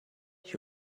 your